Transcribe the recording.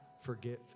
forgive